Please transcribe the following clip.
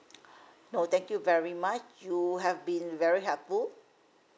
no thank you very much you have been very helpful